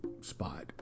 spot